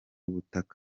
butaka